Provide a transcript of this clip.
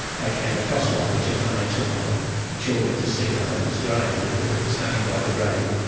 i came across one, which is when i took my children to see my mother's grave. we were standing by the grave,